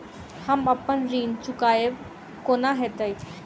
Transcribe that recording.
हम अप्पन ऋण चुकाइब कोना हैतय?